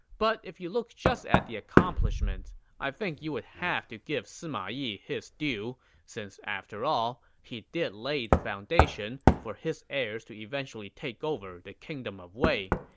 but if you look just at accomplishments, i think you would have to give sima yi his due since after all, he did lay the foundation for his heirs to eventually take over the kingdom of wei